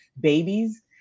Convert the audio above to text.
babies